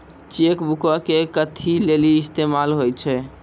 Cheque बुको के कथि लेली इस्तेमाल होय छै?